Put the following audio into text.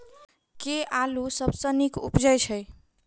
केँ आलु सबसँ नीक उबजय छै?